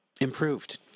improved